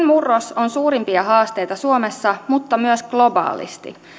murros on suurimpia haasteita suomessa mutta myös globaalisti